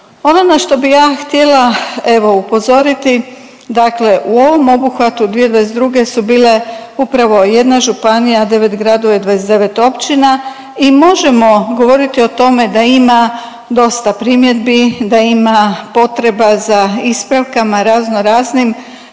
Ono na što bi ja htjela, evo, upozoriti, dakle u ovom obuhvatu 2022. su bile upravo jedna županija, 9 gradova i 29 općina i možemo govoriti o tome da ima dosta primjedbi, da ima potreba za ispravama, raznoraznim,